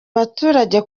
baturage